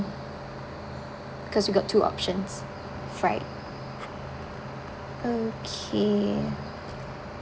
because we got two options fried okay